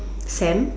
Sam